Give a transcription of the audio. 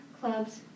clubs